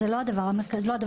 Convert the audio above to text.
זה לא הדבר היחידי,